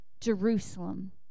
Jerusalem